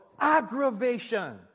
aggravation